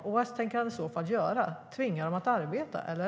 Vad tänker han i så fall göra - tvinga dem att arbeta, eller?